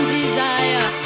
desire